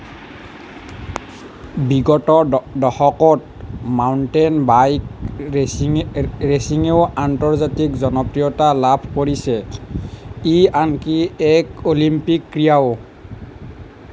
বিগত দ দশকত মাউণ্টেন বাইক ৰেচিনি ৰেচিঙেও আন্তৰ্জাতিক জনপ্ৰিয়তা লাভ কৰিছে ই আনকি এক অলিম্পিক ক্ৰীড়াও